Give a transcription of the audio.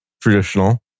traditional